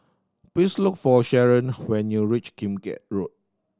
please look for Sharon when you reach Kim Keat Road